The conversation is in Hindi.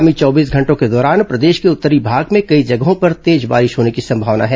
आगामी चौबीस घंटों के दौरान प्रदेश के उत्तरी भाग में कई जगहों पर तेज बारिश होने की संभावना है